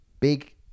Big